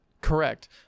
Correct